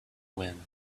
wind